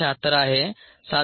076 आहे 7